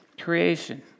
Creation